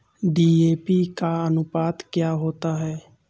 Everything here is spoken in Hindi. डी.ए.पी का अनुपात क्या होता है?